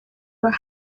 were